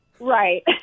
Right